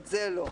את זה לא.